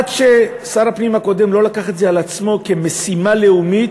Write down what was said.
עד ששר הפנים הקודם לא לקח על עצמו כמשימה לאומית,